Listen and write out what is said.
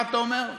מה אתה אומר?